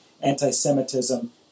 anti-Semitism